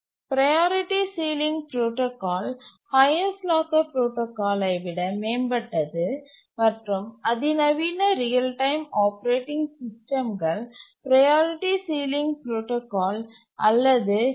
priority ceiling protocol highest locker புரோடாகாலை விட மேம்பட்டது மற்றும் அதிநவீன ரியல் டைம் ஆப்பரேட்டிங் சிஸ்டம்கள் ப்ரையாரிட்டி சீலிங் புரோடாகால் அல்லது பி